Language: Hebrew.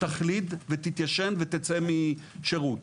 תחליד ותתיישן ותצא משירות.